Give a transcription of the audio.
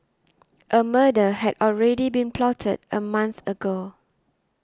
a murder had already been plotted a month ago